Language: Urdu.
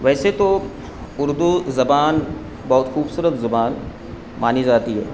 ویسے تو اردو زبان بہت خوبصورت زبان مانی جاتی ہے